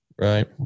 Right